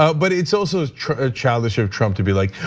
but but it's also a childish of trump to be like,